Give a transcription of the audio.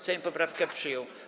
Sejm poprawkę przyjął.